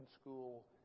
school